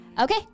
Okay